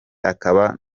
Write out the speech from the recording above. akaba